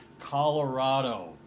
colorado